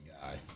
guy